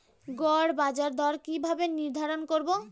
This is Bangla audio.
গড় বাজার দর কিভাবে নির্ধারণ করব?